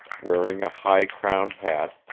wearing a high-crowned hat,